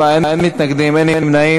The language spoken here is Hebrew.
24 בעד, אין מתנגדים, אין נמנעים.